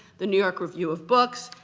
the new york review of books,